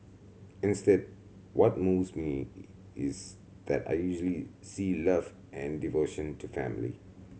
instead what moves me is that I usually see love and devotion to family